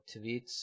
tweets